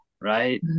right